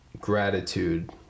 gratitude